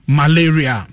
malaria